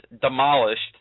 demolished